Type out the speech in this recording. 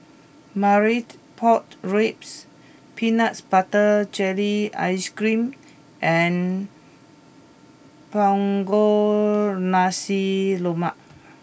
Marmite Pork Ribs Peanut Butter Jelly Ice Cream and Punggol Nasi Lemak